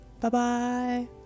Bye-bye